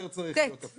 הסדר צריך להיות הפוך.